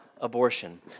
Abortion